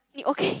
你 okay